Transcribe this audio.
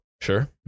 Sure